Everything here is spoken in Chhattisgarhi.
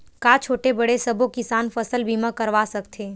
का छोटे बड़े सबो किसान फसल बीमा करवा सकथे?